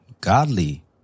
godly